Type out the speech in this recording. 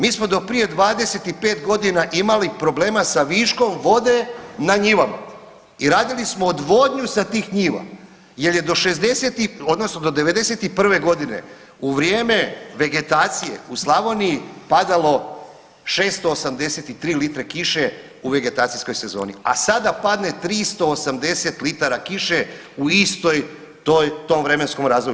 Mi smo do prije 25 godina imali problema sa viškom vode na njivama i radili smo odvodnju sa tih njiva jer je do šezdeset i, odnosno do '91. godine u vrijeme vegetacije u Slavoniji padalo 683 litre kiše u vegetacijskoj sezoni, a sada padne 380 litara kiše u istoj toj, tom vremenskom razdoblju.